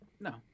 No